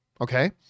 Okay